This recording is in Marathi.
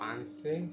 आठशे